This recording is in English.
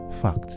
fact